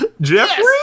Jeffrey